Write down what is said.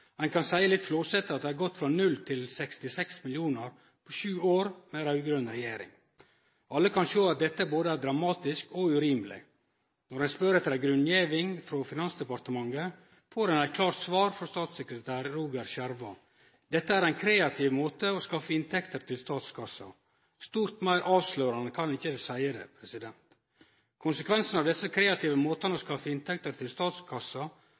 Ein kan litt flåsete seie at det har gått frå 0 til 66 mill. kr på sju år med raud-grøn regjering. Alle kan sjå at dette både er dramatisk og urimeleg. Når ein spør etter ei grunngjeving frå finansdepartementet, får ein eit klart svar frå statssekretær Roger Schjerva om at dette er ein kreativ måte å skaffe inntekter til statskassa på. Stort meir avslørande kan ein ikkje seie det. Konsekvensen av desse kreative måtane å skaffe inntekter til